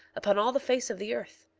upon all the face of the earth.